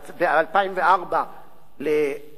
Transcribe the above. לראש הממשלה שרון,